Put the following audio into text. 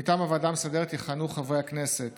מטעם הוועדה המסדרת יכהנו חברי הכנסת